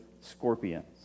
scorpions